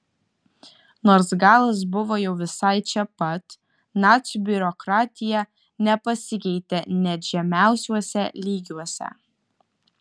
nors galas buvo jau visai čia pat nacių biurokratija nepasikeitė net žemiausiuose lygiuose